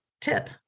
tip